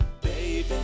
baby